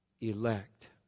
elect